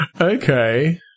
Okay